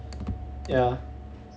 ya